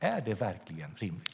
Är det verkligen rimligt?